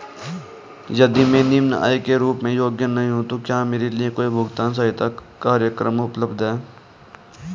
यदि मैं निम्न आय के रूप में योग्य नहीं हूँ तो क्या मेरे लिए कोई भुगतान सहायता कार्यक्रम उपलब्ध है?